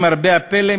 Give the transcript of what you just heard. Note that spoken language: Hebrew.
למרבה הפלא,